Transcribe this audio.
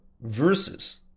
versus